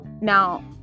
now